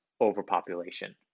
overpopulation